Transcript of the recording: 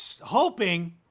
hoping